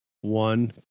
one